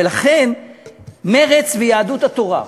ולכן מרצ ויהדות התורה,